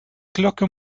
glocke